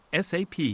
SAP